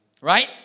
Right